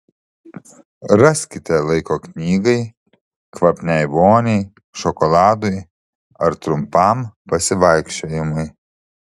raskite laiko knygai kvapniai voniai šokoladui ar trumpam pasivaikščiojimui